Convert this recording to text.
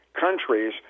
countries